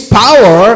power